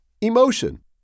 emotion